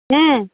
ହୁଁ